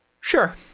Sure